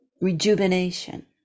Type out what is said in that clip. Rejuvenation